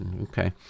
Okay